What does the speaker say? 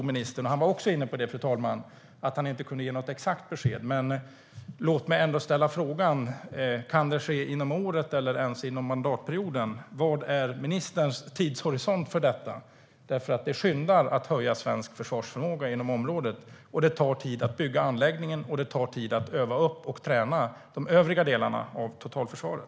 Ministern var också inne på att han inte kan ge något exakt besked om hur lång tid det kan ta innan vi får ett beslut, men jag undrar om det ska ske inom året eller ens inom mandatperioden. Vad är ministerns tidshorisont för detta? Det brådskar att utveckla svensk försvarsförmåga inom området. Det tar tid att bygga anläggningen, och det tar tid att öva upp och träna de övriga delarna av totalförsvaret.